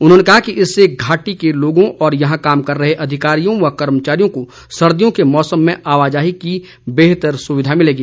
उन्होंने कहा कि इससे घाटी के लोगों और यहां काम कर रहे अधिकारियों व कर्मचारियों को सर्दियों के मौसम में आवाजाही की बेहतर सुविधा मिलेगी